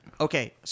Okay